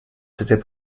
c’était